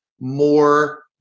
more